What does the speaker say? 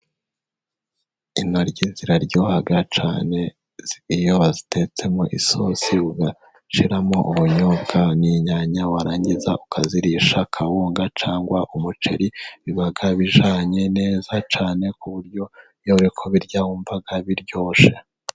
Intoryi ziraryoha cyane, iyo uzitetsemo isosi, ugashiramo ubunyobwa n'inyanya, warangiza ukazirisha kawunga cyangwa umuceri, biba bijyanye neza, cyane ku buryo iyo uri kubirya wumva biryoshye.